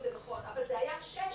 ההתקהלות זה נכון אבל היה מדובר בשישה.